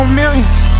millions